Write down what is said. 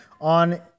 on